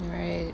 right